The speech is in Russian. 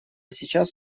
сейчас